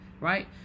right